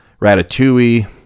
Ratatouille